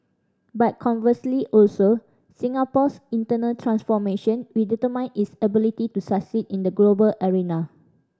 but conversely also Singapore's internal transformation will determine its ability to succeed in the global arena